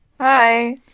Hi